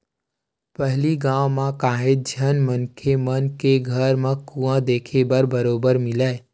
पहिली गाँव म काहेव झन मनखे मन के घर म कुँआ देखे बर बरोबर मिलय